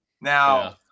now